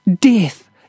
Death